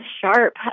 sharp